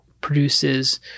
produces